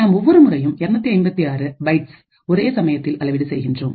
நாம் ஒவ்வொரு முறையும் 256 பைட்ஸ் ஒரே சமயத்தில் அளவிடு செய்கின்றோம்